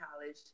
college